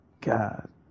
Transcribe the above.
God